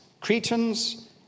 Cretans